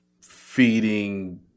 feeding